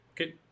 okay